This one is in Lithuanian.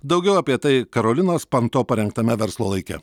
daugiau apie tai karolinos panto parengtame verslo laike